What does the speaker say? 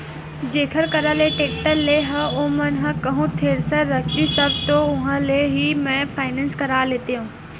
जेखर करा ले टेक्टर लेय हव ओमन ह कहूँ थेरेसर रखतिस तब तो उहाँ ले ही मैय फायनेंस करा लेतेव